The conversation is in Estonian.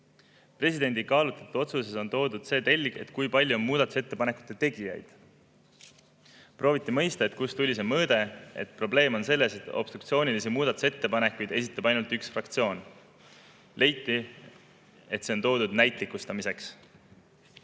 Presidendi kaalutletud otsuses on toodud see telg, kui palju on muudatusettepanekute tegijaid. Prooviti mõista, kust tuli see mõõde, et probleem on selles, et obstruktsioonilisi muudatusettepanekuid esitab ainult üks fraktsioon. Leiti, et see on toodud näitlikustamiseks.